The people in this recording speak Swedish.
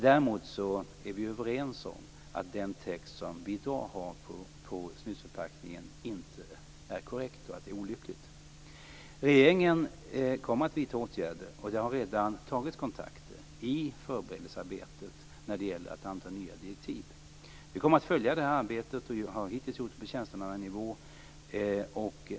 Däremot är vi överens om att den text som i dag finns på snusförpackningen inte är korrekt. Regeringen kommer att vidta åtgärder. Det har redan tagits kontakter i förberedelsearbetet när det gäller att anta nya direktiv. Vi kommer att följa arbetet. Det har hittills skett på tjänstemannanivå.